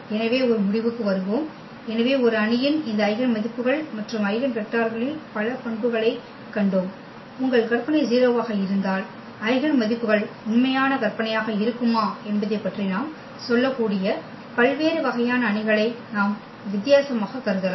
எனவே ஒரு முடிவுக்கு வருவோம் எனவே ஒரு அணியின் இந்த ஐகென் மதிப்புகள் மற்றும் ஐகென் வெக்டர்களின் பல பண்புகளைக் கண்டோம் உங்கள் கற்பனை 0 ஆக இருந்தால் ஐகென் மதிப்புகள் உண்மையான கற்பனையாக இருக்குமா என்பதைப் பற்றி நாம் சொல்லக்கூடிய பல்வேறு வகையான அணிகளை நாம் வித்தியாசமாகக் கருதலாம்